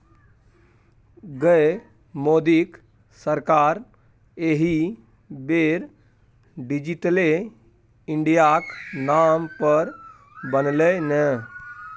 गै मोदीक सरकार एहि बेर डिजिटले इंडियाक नाम पर बनलै ने